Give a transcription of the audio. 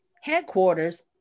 headquarters